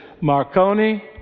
Marconi